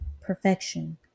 perfection